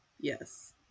yes